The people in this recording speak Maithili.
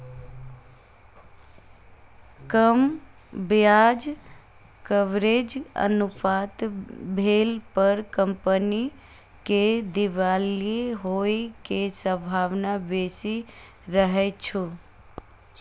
कम ब्याज कवरेज अनुपात भेला पर कंपनी के दिवालिया होइ के संभावना बेसी रहै छै